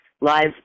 live